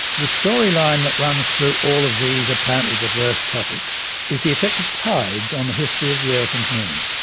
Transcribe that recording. the story line that runs through all of these apparently diverse topics is the effect of tides on the history of the earth and moon.